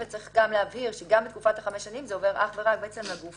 צריך להבהיר שגם בתקופת החמש שנים זה עובר אך ורק לגופים